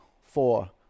four